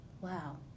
Wow